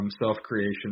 self-creation